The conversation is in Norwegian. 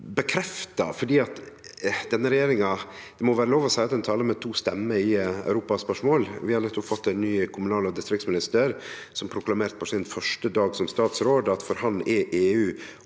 å seie at denne regjeringa talar med to stemmer i Europa-spørsmål. Vi har nettopp fått ein ny kommunal- og distriktsminister som proklamerte på sin første dag som statsråd at for han er EU